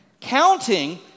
Counting